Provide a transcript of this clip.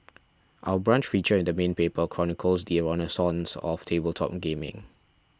Our Brunch feature in the main paper chronicles the renaissance of tabletop gaming